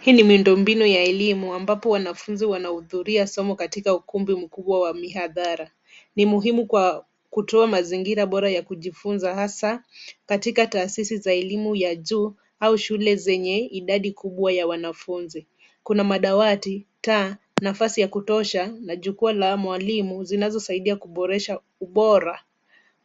Hii ni miundo mbinu ya elimu ambapo wanafunzi wanahudhuria somo katika ukumbi mkubwa wa mihadhara. Ni muhimu kwa kutoa mazingira bora ya kujifunza, hasa katika taasisi za elimu ya juu au shule zenye idadi kubwa ya wanafunzi. Kuna madawati, taa, nafasi ya kutosha na jukwaa la mwalimu zinazosaidia kuboresha ubora